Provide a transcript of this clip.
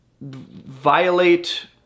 violate